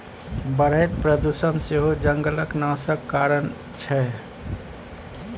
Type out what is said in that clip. बढ़ैत प्रदुषण सेहो जंगलक नाशक कारण छै